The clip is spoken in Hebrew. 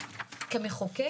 כמחוקק,